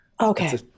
Okay